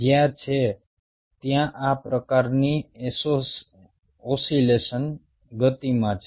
જ્યાં છે ત્યાં આ પ્રકારની ઓસિલેશન ગતિમાં છે